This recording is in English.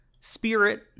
spirit